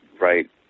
right